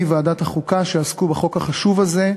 ועדת החוקה שעסקו בחוק החשוב הזה,